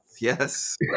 Yes